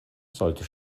sollte